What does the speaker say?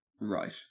Right